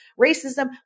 racism